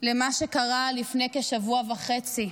למה שקרה לפני כשבוע וחצי: